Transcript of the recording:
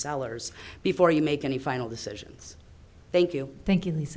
sellers before you make any final decisions thank you thank you